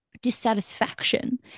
dissatisfaction